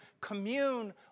commune